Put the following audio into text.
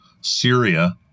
Syria